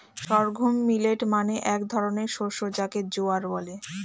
sorghum millet মানে এক ধরনের শস্য যাকে জোয়ার বলে